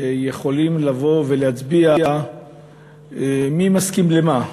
שיכולים לבוא ולהצביע מי מסכים למה.